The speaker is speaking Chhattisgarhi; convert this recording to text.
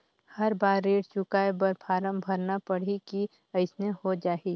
हर बार ऋण चुकाय बर फारम भरना पड़ही की अइसने हो जहीं?